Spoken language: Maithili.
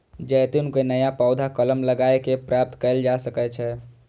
जैतून के नया पौधा कलम लगाए कें प्राप्त कैल जा सकै छै